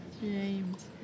James